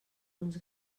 uns